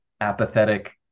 apathetic